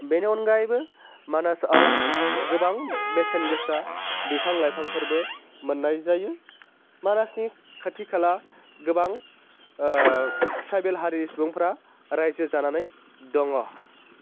बेनि अनगायैबो मानासआव गोबां बेसेन गोसा बिफां लाइफांफोरबो मोन्नाय जायो मानासनि खाथि खाला गोबां ट्राइबेल हारि सुबुंफ्रा रायजो जानानै दङ